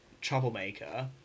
troublemaker